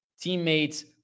teammate's